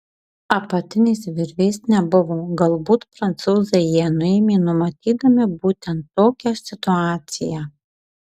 apatinės virvės nebuvo galbūt prancūzai ją nuėmė numatydami būtent tokią situaciją